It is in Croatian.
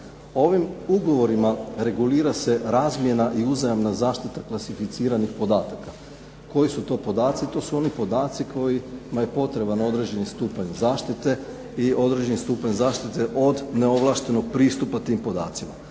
Ovim ugovorima regulira se razmjena i uzajamna zaštita klasificiranih podataka. Koji su to podaci? To su oni podaci kojima je potreban određeni stupanj zaštite i određeni stupanj zaštite od neovlaštenog pristupa tim podacima.